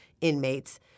inmates